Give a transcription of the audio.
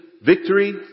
victory